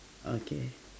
okay